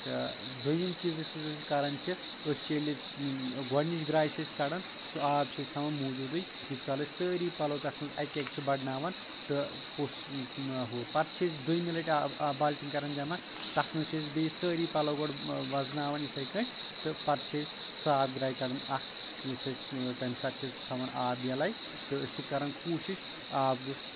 تہٕ دوٚیِم چیٖزس یُس أسۍ کران چھِ أسۍ چھِ ییٚلہِ أسۍ گۄڈنِچ گراے چھِ أسۍ کڑان سُہ آب چھِ أسۍ تھاوان موٗجوٗدٕے یوٗت کال أسۍ سٲری پلو تتھ منٛز اکہِ اکہِ چھِ بڑناوان تہٕ پوٚس ہُہ پتہٕ چھِ أسۍ دوٚیِمہِ لٹہِ آبہٕ بالٹیٖن کران جمع تتھ منٛز چھِ أسۍ بیٚیہِ سٲری پلو گۄڈٕ وزناوان یِتھٕے کٲٹھۍ تہٕ پتہٕ چھِ أسۍ صاف گرے کڑان اکھ یُس أسۍ تمہِ ساتہٕ چھِ أسۍ تھاوان آب یلاے تہٕ أسۍ چھِ کران کوٗشش آب گوٚژھ